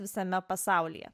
visame pasaulyje